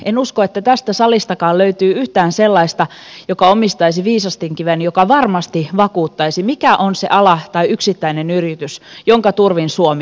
en usko että tästä salistakaan löytyy yhtään sellaista joka omistaisi viisasten kiven joka varmasti vakuuttaisi mikä on se ala tai yksittäinen yritys jonka turvin suomi jatkossa nousee